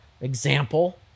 example